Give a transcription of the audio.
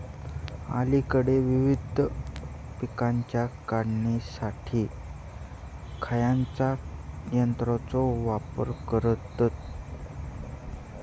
अलीकडे विविध पीकांच्या काढणीसाठी खयाच्या यंत्राचो वापर करतत?